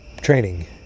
training